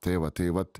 tai vat tai vat